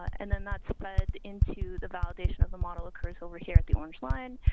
and then that's fed into the validation of the model occurs over here at the orange line.